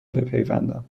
بپیوندم